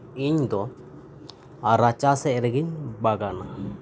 ᱤᱧ ᱫᱚ ᱨᱟᱪᱟᱥᱮᱫ ᱨᱮᱜᱮᱧ ᱵᱟᱜᱟᱱᱟ